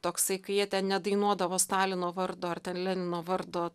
toksai kai jie ten nedainuodavo stalino vardo ar lenino vardo